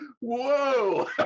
whoa